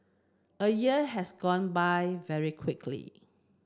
a year has gone by very quickly